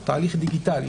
הוא תהליך דיגיטלי,